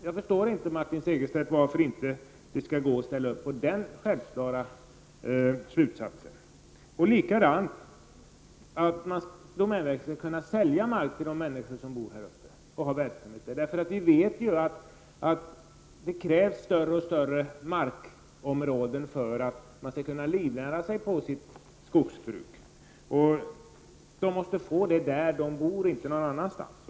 Jag förstår inte, Martin Segerstedt, varför det inte skall gå att ställa upp på den självklara slutsatsen. Domänverket skall också kunna sälja mark till de människor som bor där uppe och har verksamhet där. Vi vet ju att det krävs större och större markområden för att man skall kunna livnära sig på sitt skogsbruk. Och dessa människor måste få marken där de bor, inte någon annanstans.